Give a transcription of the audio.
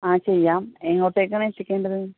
ആ ചെയ്യാം എങ്ങോട്ടേക്കാണ് എത്തിക്കേണ്ടത്